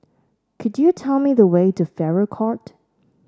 could you tell me the way to Farrer Court